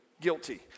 Guilty